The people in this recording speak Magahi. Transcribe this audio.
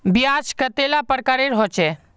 ब्याज कतेला प्रकारेर होचे?